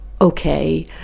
okay